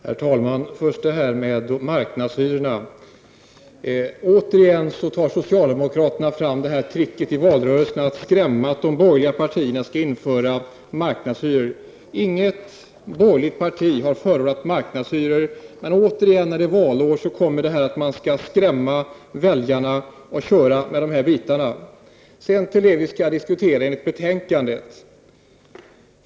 Herr talman! Först när det gäller detta med marknadshyrorna. Återigen tar socialdemokraterna fram det här tricket att i valrörelsen skrämma med att de borgerliga partierna skall införa marknadshyror. Inget borgerligt parti har förordat marknadshyror, men när det återigen är valår kommer detta upp för att man skall skrämma väljarna. Sedan till det som vi skall diskutera enligt betänkandet.